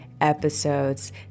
episodes